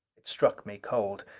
it struck me cold.